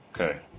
Okay